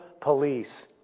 police